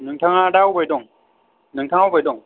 नोंथाङा दा बबेहाय दं नोंथाङा बबेहाय दं